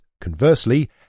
conversely